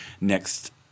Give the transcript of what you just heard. next